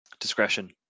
discretion